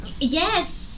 yes